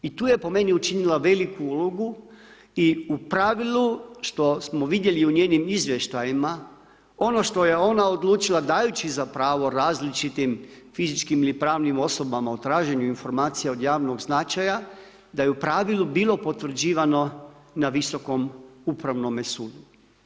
I tu je po meni učinila veliku ulogu i u pravilu što smo vidjeli u njenim izvještajima ono što je ona odlučila dajući za pravo različitim fizičkim ili pravnim osobama u traženju informacija od javnog značaja da je u pravilu bilo potvrđivano na Visokom upravnome sudu.